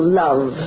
love